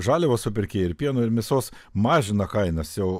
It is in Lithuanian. žaliavos supirkėjai ir pieno ir mėsos mažina kainas jau